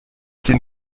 den